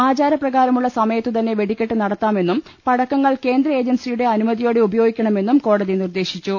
ആചാരപ്രകാരമുളള സമയത്തുതന്നെ വെടിക്കെട്ട് നടത്താമെന്നും പടക്കങ്ങൾ കേന്ദ്ര ഏജൻസിയുടെ അനുമതിയോടെ ഉപയോഗിക്കണമെന്നും കോടതി നിർദേശിച്ചു